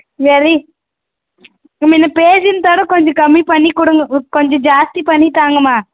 சரி முன்ன பேசினதை விட கொஞ்சம் கம்மி பண்ணி கொடுங்க கொஞ்சம் ஜாஸ்தி பண்ணி தாங்கம்மா